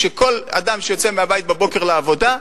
שכל אדם שיוצא מהבית בבוקר לעבודה,